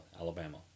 Alabama